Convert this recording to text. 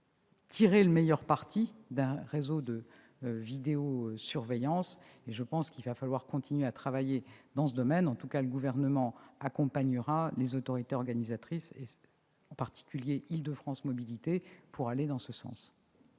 tirer le meilleur parti d'un réseau de vidéosurveillance étendu. Il faudra continuer à travailler dans ce domaine, et le Gouvernement accompagnera les autorités organisatrices, en particulier Île-de-France Mobilités, pour aller dans ce sens.